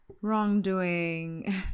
Wrongdoing